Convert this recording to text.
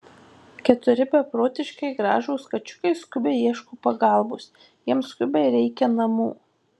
keturi beprotiškai gražūs kačiukai skubiai ieško pagalbos jiems skubiai reikia namų